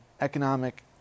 economic